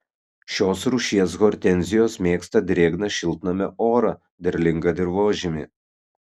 šios rūšies hortenzijos mėgsta drėgną šiltnamio orą derlingą dirvožemį